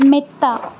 മെത്ത